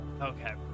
Okay